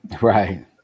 Right